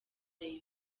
rayon